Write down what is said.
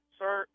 sir